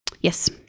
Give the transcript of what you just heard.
Yes